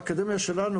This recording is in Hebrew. באקדמיה שלנו,